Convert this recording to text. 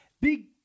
big